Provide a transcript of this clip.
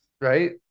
Right